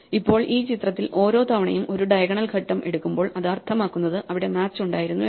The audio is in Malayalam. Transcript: ഇപ്പോൾ ഈ ചിത്രത്തിൽ ഓരോ തവണയും ഒരു ഡയഗണൽ ഘട്ടം എടുക്കുമ്പോൾ അത് അർത്ഥമാക്കുന്നത് അവിടെ മാച്ച് ഉണ്ടായിരുന്നു എന്നാണ്